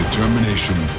Determination